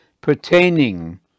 pertaining